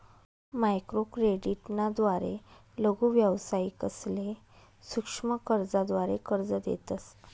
microcredit ना द्वारे लघु व्यावसायिकसले सूक्ष्म कर्जाद्वारे कर्ज देतस